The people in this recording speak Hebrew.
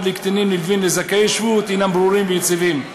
לקטינים נלווים לזכאי שבות הם ברורים ויציבים.